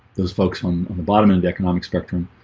those folks one on the bottom end economic spectrum